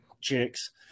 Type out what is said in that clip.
chicks